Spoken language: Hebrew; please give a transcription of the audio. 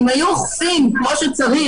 אם היו אוכפים כמו שצריך,